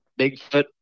Bigfoot